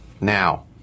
Now